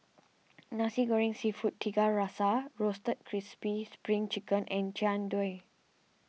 Nasi Goreng Seafood Tiga Rasa Roasted Crispy Spring Chicken and Jian Dui